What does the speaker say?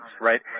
right